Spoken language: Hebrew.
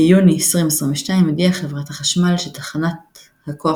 ביוני 2022 הודיעה חברת החשמל שתחנת הכוח